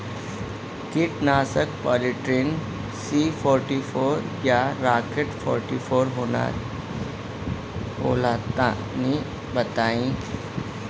कीटनाशक polytrin C forty four या rocket forty four होला तनि बताई?